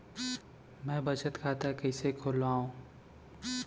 मै बचत खाता कईसे खोलव?